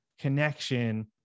connection